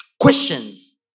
questions